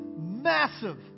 massive